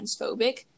transphobic